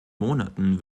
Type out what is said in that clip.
monaten